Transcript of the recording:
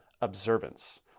observance